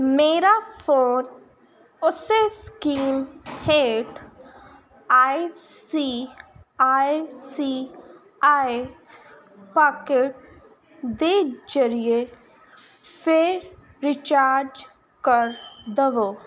ਮੇਰਾ ਫੋਨ ਉਸੇ ਸਕੀਮ ਹੇਠ ਆਈ ਸੀ ਆਈ ਸੀ ਆਈ ਪਾਕਿਟ ਦੇ ਜਰੀਏ ਫਿਰ ਰਿਚਾਰਜ ਕਰ ਦਵੋ